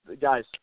Guys